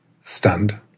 stunned